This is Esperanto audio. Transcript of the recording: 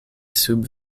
sub